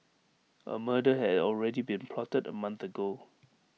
A murder had already been plotted A month ago